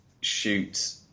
shoot